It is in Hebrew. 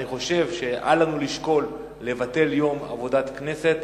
אני חושב שאל לנו לשקול לבטל יום עבודת כנסת,